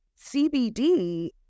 CBD